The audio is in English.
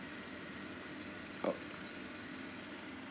oh